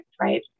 right